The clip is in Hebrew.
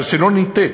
אבל שלא נטעה,